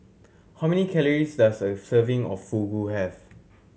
how many calories does a serving of Fugu have